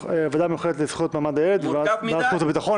הוועדה המיוחדת לזכויות מעמד הילד וועדת החוץ והביטחון.